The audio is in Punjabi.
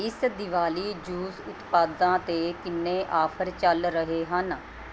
ਇਸ ਦਿਵਾਲੀ ਜੂਸ ਉਤਪਾਦਾਂ 'ਤੇ ਕਿੰਨੇ ਆਫਰ ਚਲ ਰਹੇ ਹਨ